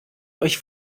euch